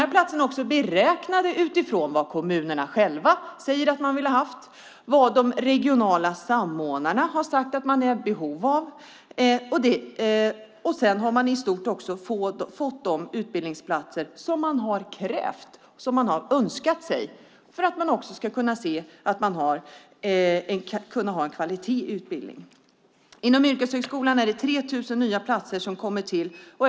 Dessa platser är också beräknade utifrån vad kommunerna själva har sagt att de vill ha och vad de regionala samordnarna har sagt att det finns behov av. Sedan har kommunerna i stort sett fått de utbildningsplatser som de har krävt och önskat sig för att de också ska kunna ha en bra kvalitet i utbildningen. Inom yrkeshögskolan är det 3 000 nya platser som tillkommer.